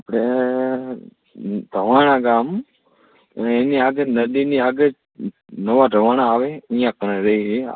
આપણે ધવાણા ગામ અને એની આગળ નદીની આગળ નોવા ધવાણા આવે ત્યાં કણે રહીએ છીએ માધ્યમિક શાળા કહેશો ને